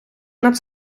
над